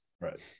right